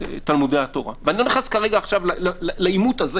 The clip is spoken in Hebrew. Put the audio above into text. תלמודי התורה ואני לא נכנס כרגע לעימות הזה